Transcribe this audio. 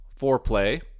foreplay